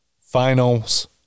finals